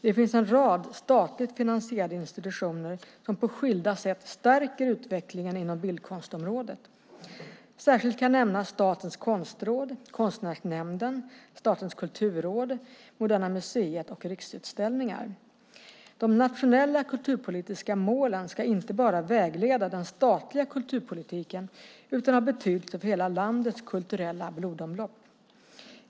Det finns en rad statligt finansierade institutioner som på skilda sätt stärker utvecklingen inom bildkonstområdet. Särskilt kan nämnas Statens konstråd, Konstnärsnämnden, Statens kulturråd, Moderna Museet och Riksutställningar. De nationella kulturpolitiska målen ska inte bara vägleda den statliga kulturpolitiken utan ha betydelse för hela landets kulturella blodomlopp.